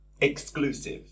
exclusive